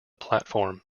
platform